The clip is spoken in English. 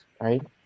right